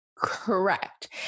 Correct